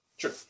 Sure